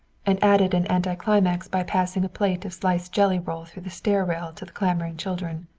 and added an anticlimax by passing a plate of sliced jelly roll through the stair rail to the clamoring children.